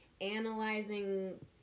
analyzing